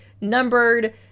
numbered